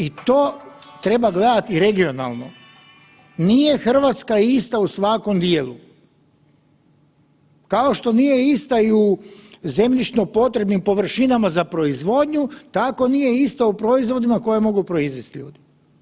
I to treba gledati regionalno, nije Hrvatska ista u svakom dijelu kao što nije ista i u zemljišno potrebnim površinama za proizvodnju tako nije ista u proizvodima koje mogu proizvesti ljudi.